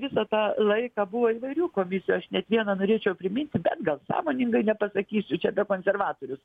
visą tą laiką buvo įvairių komisijų aš net vieną norėčiau priminti bet gal sąmoningai nepasakysiu čia apie konservatorius